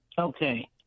Okay